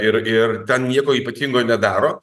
ir ir ten nieko ypatingo nedaro